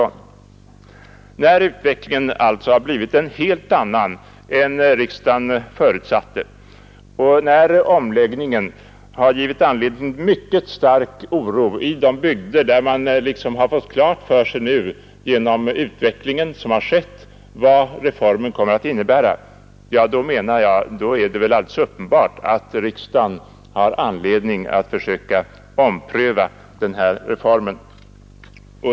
När utvecklingen sålunda har blivit en helt annan än den riksdagen förutsatte, och när omläggningen har gett anledning till mycket stark oro i de bygder där man nu genom den utveckling som skett har fått klart för sig vad reformen kommer att innebära, så menar jag att det är alldeles uppenbart att riksdagen har anledning att ompröva denna reform.